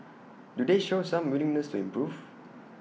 do they show some willingness to improve